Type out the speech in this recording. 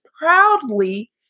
proudly